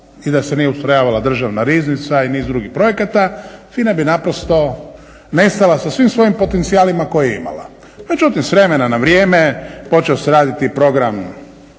i da se nije ustrojavala državna riznica i niz drugih projekata FINA bi naprosto nestala sa svim svojim potencijalima koje je imala. Međutim, s vremena na vrijeme počeo se raditi program